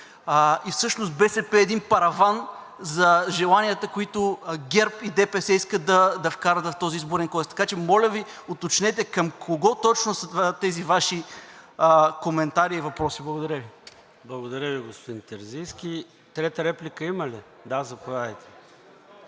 Всъщност БСП е един параван за желанията, които ГЕРБ и ДПС искат да вкарат в този Изборен кодекс. Така че, моля Ви, уточнете към кого точно са тези Ваши коментари и въпроси. Благодаря Ви. ПРЕДСЕДАТЕЛ ЙОРДАН ЦОНЕВ: Благодаря Ви, господин Терзийски. Трета реплика има ли? Заповядайте.